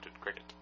cricket